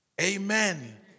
Amen